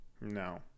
No